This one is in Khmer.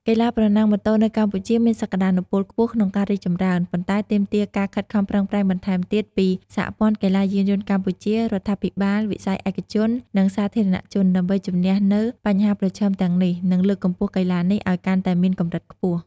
កីឡាប្រណាំងម៉ូតូនៅកម្ពុជាមានសក្តានុពលខ្ពស់ក្នុងការរីកចម្រើន ប៉ុន្តែទាមទារការខិតខំប្រឹងប្រែងបន្ថែមទៀតពី សហព័ន្ធកីឡាយានយន្តកម្ពុជា រដ្ឋាភិបាល វិស័យឯកជន និងសាធារណជន ដើម្បីជំនះនូវបញ្ហាប្រឈមទាំងនេះ និងលើកកម្ពស់កីឡានេះឱ្យកាន់តែមានកម្រិតខ្ពស់។